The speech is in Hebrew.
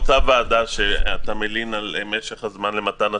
אותה וועדה שאתה מלין על משך הזמן למתן התשובות,